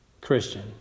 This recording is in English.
Christian